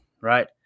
right